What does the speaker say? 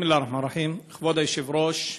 בסם אללה א-רחמאן א-רחים.